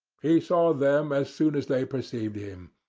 he saw them as soon as they perceived him,